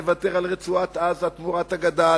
לוותר על רצועת-עזה תמורת הגדה,